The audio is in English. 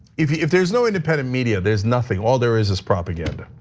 if if there's no independent media, there's nothing. all there is is propaganda.